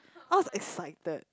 I was excited